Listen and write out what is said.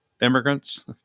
immigrants